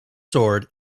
sword